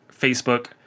Facebook